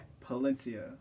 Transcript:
Palencia